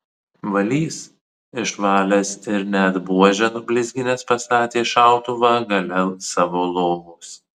valys išvalęs ir net buožę nublizginęs pastatė šautuvą gale savo lovos